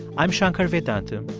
i'm shankar vedantam,